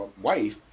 wife